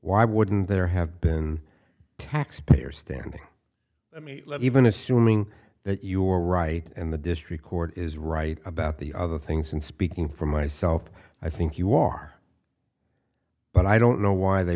why wouldn't there have been taxpayer standing i mean even assuming that your right and the district court is right about the other things and speaking for myself i think you are but i don't know why they